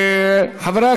חברי